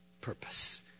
purpose